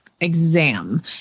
exam